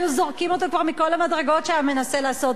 היו זורקים אותו כבר מכל המדרגות כשהיה מנסה לעשות